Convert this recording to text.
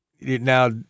Now